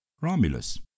Romulus